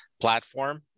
platform